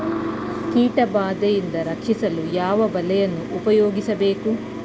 ಕೀಟಬಾದೆಯಿಂದ ರಕ್ಷಿಸಲು ಯಾವ ಬಲೆಯನ್ನು ಉಪಯೋಗಿಸಬೇಕು?